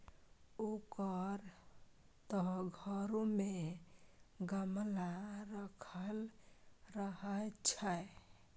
ओकर त घरो मे गमला राखल रहय छै